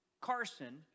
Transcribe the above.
Carson